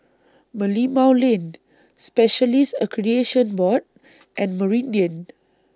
Merlimau Lane Specialists Accreditation Board and Meridian